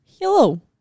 Hello